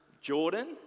Jordan